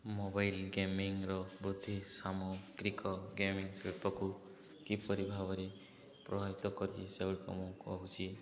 mobile ଗେମିଙ୍ଗର ବୃଦ୍ଧି ସାମଗ୍ରିକ ଗେମିଙ୍ଗ ଶିଳ୍ପକୁ କିପରି ଭାବରେ ପ୍ରଭାବିତ କରିଛି ସେଗୁଡ଼ିକ ମୁଁ କହୁଛି